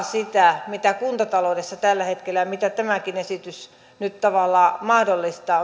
sitä mitä kuntataloudessa tällä hetkellä tämäkin esitys nyt tavallaan mahdollistaa